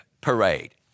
parade